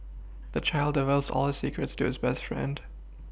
the child divulged all his secrets to his best friend